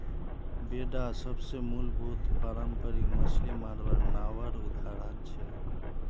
बेडा सबसे मूलभूत पारम्परिक मच्छ्ली मरवार नावर उदाहरण छे